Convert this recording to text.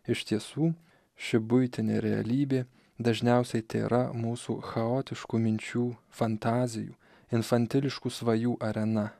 iš tiesų ši buitinė realybė dažniausiai tėra mūsų chaotiškų minčių fantazijų infantiliškų svajų arena